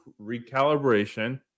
recalibration